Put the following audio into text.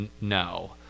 no